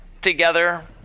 together